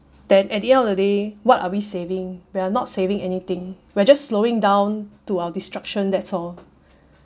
then at the end of the day what are we saving we're not saving anything we're just slowing down to our destruction that's all